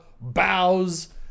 bows